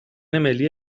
ملی